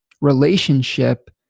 relationship